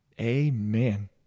Amen